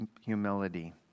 humility